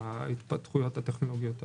ההתפתחויות הטכנולוגיות העתידיות.